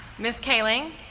ms. kaling,